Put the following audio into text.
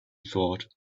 thought